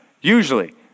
Usually